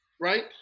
Right